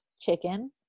chicken